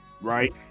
right